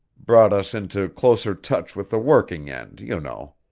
brought us into closer touch with the working end, you know.